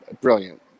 brilliant